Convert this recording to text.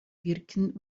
birken